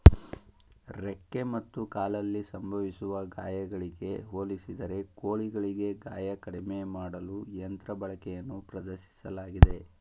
ರೆಕ್ಕೆ ಮತ್ತು ಕಾಲಲ್ಲಿ ಸಂಭವಿಸುವ ಗಾಯಗಳಿಗೆ ಹೋಲಿಸಿದರೆ ಕೋಳಿಗಳಿಗೆ ಗಾಯ ಕಡಿಮೆ ಮಾಡಲು ಯಂತ್ರ ಬಳಕೆಯನ್ನು ಪ್ರದರ್ಶಿಸಲಾಗಿದೆ